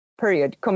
period